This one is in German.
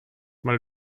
mal